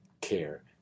care